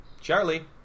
Charlie